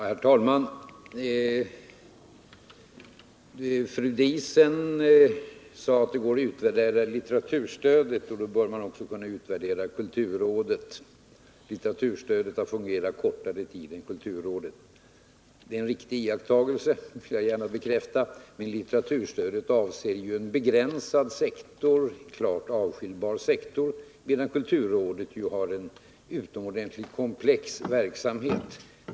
Herr talman! Fru Diesen sade att det går att utvärdera litteraturstödet och att man då också bör kunna utvärdera kulturrådets verksamhet. Litteraturstödet, sade hon, har fungerat kortare tid än kulturrådet. Det är en riktig iakttagelse, men litteraturstödet avser en begränsad, klart avskiljbar sektor, medan kulturrådet har en utomordentligt komplex verksamhet.